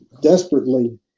desperately